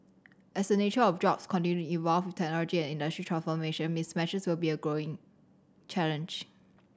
as the nature of jobs continue to evolve with technology and industry transformation mismatches will be a growing challenge